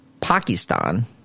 Pakistan